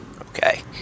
Okay